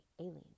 Alien